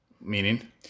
Meaning